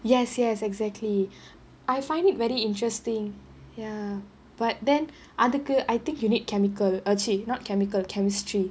yes yes exactly I find it very interesting ya but then அதுக்கு:athukku I think you need chemical err !chey! not chemical chemistry